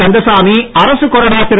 கந்தசாமி அரசுக் கொறடா திரு